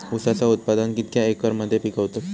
ऊसाचा उत्पादन कितक्या एकर मध्ये पिकवतत?